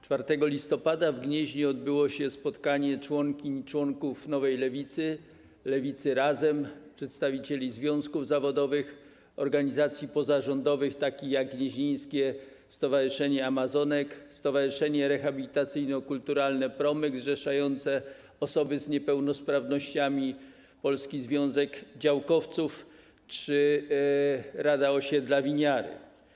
4 listopada w Gnieźnie odbyło się spotkanie członkiń i członków Nowej Lewicy, Lewicy Razem, przedstawicieli związków zawodowych, organizacji pozarządowych takich jak Gnieźnieńskie Stowarzyszenie Amazonek, Stowarzyszenie Centrum Rehabilitacyjno-Kulturalne Promyk zrzeszające osoby z niepełnosprawnościami, Polski Związek Działkowców czy Rada Osiedla Winiary.